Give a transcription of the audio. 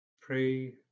pray